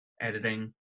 editing